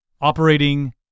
operating